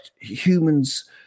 humans